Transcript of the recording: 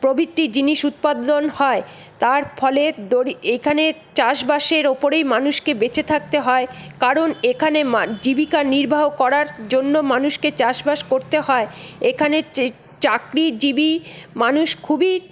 প্রভৃতি জিনিস উৎপাদন হয় তার ফলে দরি এখানে চাষবাসের উপরেই মানুষকে বেঁচে থাকতে হয় কারণ এখানে মা জীবিকা নির্বাহ করার জন্য মানুষকে চাষবাস করতে হয় এখানে চা চাকরিজীবী মানুষ খুবই